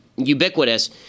ubiquitous